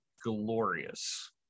glorious